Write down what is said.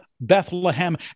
Bethlehem